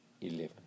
eleven